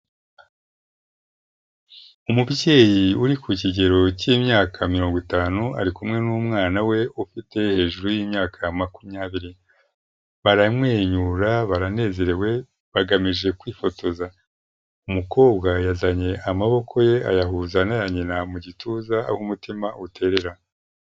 Umubyeyi uri ku kigero cy'imyaka mirongo itanu, ari kumwe n'umwana we ufite hejuru y'imyaka makumyabiri. Baramwenyura, baranezerewe, bagamije kwifotoza. Umukobwa yazanye amaboko ye ayahuza n'aya nyina mu gituza, aho umutima uterera.